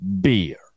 beer